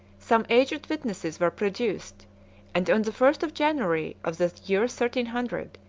some aged witnesses were produced and on the first of january of the year thirteen hundred,